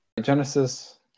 Genesis